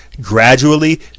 gradually